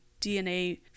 DNA